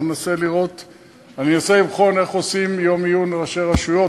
אני אנסה לבחון איך עושים יום עיון לראשי רשויות,